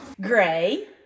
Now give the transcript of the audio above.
Gray